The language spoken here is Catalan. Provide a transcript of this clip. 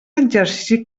exercici